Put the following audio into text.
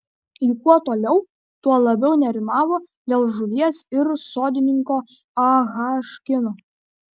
ji kuo toliau tuo labiau nerimavo dėl žuvies ir sodininko ah kino